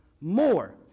more